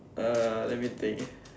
uh let me think